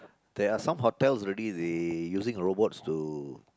there are hotel already they using robots to